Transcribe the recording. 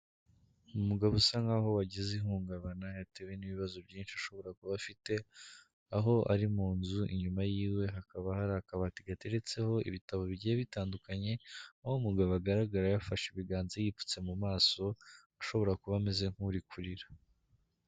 Umugabo usa nkaho wagize ihungabana yatewe n'ibibazo byinshi ashobora kuba afite aho ari mu nzu inyuma yiwe hakaba hari akabati gateretseho ibitabo bigiye bitandukanye aho umugabo agaragara yafashe ibiganza yipfutse mu maso ashobora kuba ameze nk'uri kurira,